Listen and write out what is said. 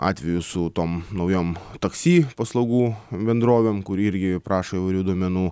atvejų su tom naujom taksi paslaugų bendrovėm kuri irgi prašo įvairių duomenų